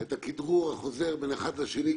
את הכדרור החוזר בין אחד לשני.